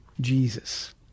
Jesus